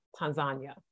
Tanzania